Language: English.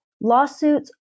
lawsuits